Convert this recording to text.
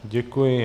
Děkuji.